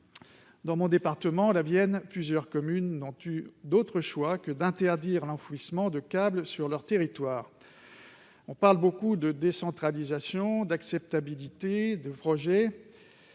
Dans mon département, la Vienne, plusieurs communes n'ont pas eu d'autre choix que d'interdire l'enfouissement de câbles sur leur territoire. On parle beaucoup de décentralisation et d'acceptabilité des projets.